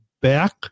back